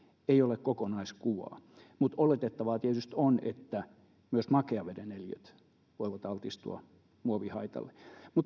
ei ole kokonaiskuvaa mutta oletettavaa tietysti on että myös makean veden eliöt voivat altistua muovihaitalle